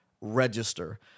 register